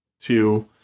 two